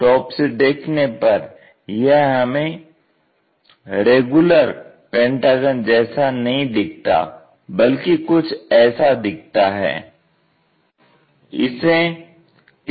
top से देखने पर यह हमें रेगुलर पेंटागन जैसा नहीं दिखता बल्कि कुछ ऐसा दिखता है